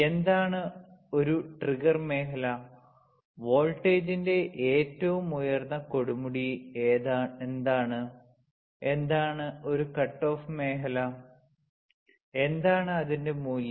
എന്താണ് ഒരു ട്രിഗർ മേഖല വോൾട്ടേജിന്റെ ഏറ്റവും ഉയർന്ന കൊടുമുടി എന്താണ് എന്താണ് ഒരു കട്ട്ഓഫ് മേഖല എന്താണ് അതിൻറെ മൂല്യം